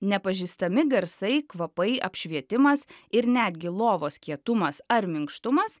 nepažįstami garsai kvapai apšvietimas ir netgi lovos kietumas ar minkštumas